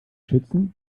schützen